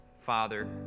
Father